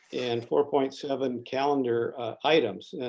and four point seven, calendar items.